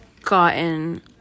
gotten